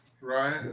Right